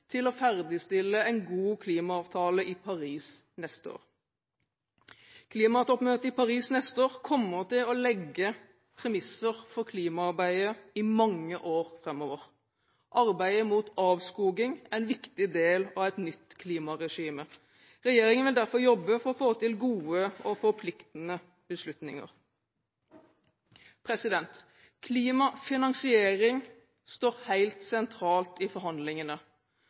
til å ferdigstille en god klimaavtale i Paris neste år. Klimatoppmøtet i Paris neste år kommer til å legge premisser for klimaarbeidet i mange år framover. Arbeidet mot avskoging er en viktig del av et nytt klimaregime. Regjeringen vil derfor jobbe for å få til gode og forpliktende beslutninger. Klimafinansiering står helt sentralt i forhandlingene,